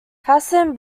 hasan